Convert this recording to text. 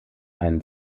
einen